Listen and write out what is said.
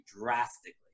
drastically